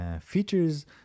features